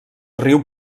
riu